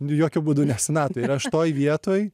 jokiu būdu ne senatvėj ir aš toj vietoj